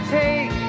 take